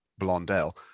Blondell